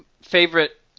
favorite